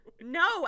No